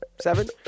seven